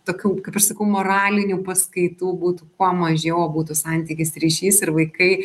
tokių kaip ir sakau moralinių paskaitų būtų kuo mažiau būtų santykis ryšys ir vaikai